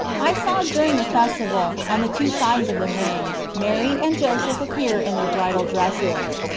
i saw during the festival, on the two sides of the ring, mary and joseph appear in their bridal dresses.